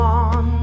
on